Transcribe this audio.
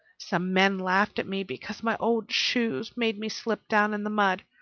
some men laughed at me because my old shoes made me slip down in the mud.